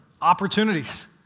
opportunities